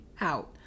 out